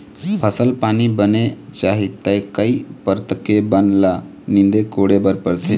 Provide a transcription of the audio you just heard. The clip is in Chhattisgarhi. फसल पानी बने चाही त कई परत के बन ल नींदे कोड़े बर परथे